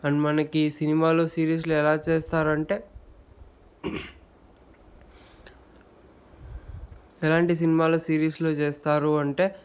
and మనకి సినిమాలు సిరీస్లు ఎలా చేస్తారంటే ఎలాంటి సినిమాలు సిరీస్లు చేస్తారు అంటే